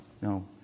no